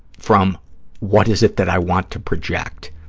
from what is it that i want to project,